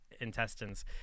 intestines